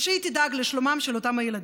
והיא תדאג לשלומם של אותם הילדים.